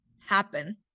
happen